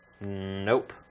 Nope